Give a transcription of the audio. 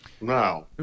No